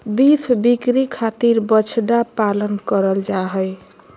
beef बिक्री खातिर बछड़ा पालन करल जा हय